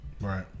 Right